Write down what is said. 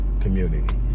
community